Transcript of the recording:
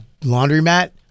laundromat